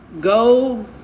Go